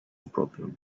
problem